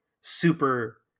super